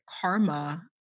karma